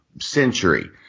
century